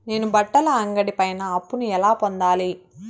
నేను బట్టల అంగడి పైన అప్పును ఎలా పొందాలి?